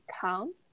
count